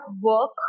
work